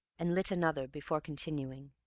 and lit another before continuing.